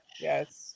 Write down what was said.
Yes